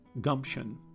gumption